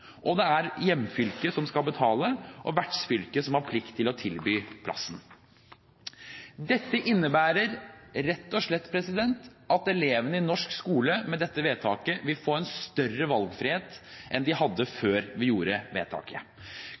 skolen. Det er hjemfylket som skal betale og vertsfylket som har plikt til å tilby plassen. Det innebærer rett og slett at elevene i norsk skole med dette vedtaket vil få større valgfrihet enn de hadde før vi gjorde vedtaket.